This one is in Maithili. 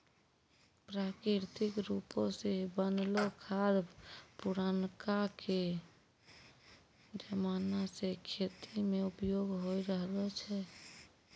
प्राकृतिक रुपो से बनलो खाद पुरानाके जमाना से खेती मे उपयोग होय रहलो छै